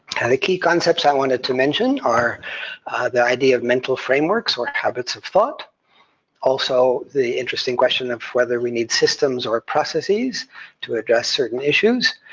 and the key concepts i wanted to mention are the idea of mental frameworks or habits of thought also the interesting question of whether we need systems or processes to address certain issues,